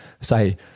say